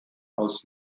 aus